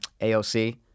aoc